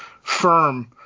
firm